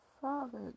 Father